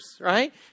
right